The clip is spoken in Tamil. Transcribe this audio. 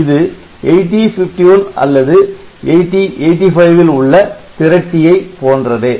இது 8051 அல்லது 8085 ல் உள்ள திரட்டியை போன்றதே